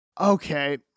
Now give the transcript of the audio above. Okay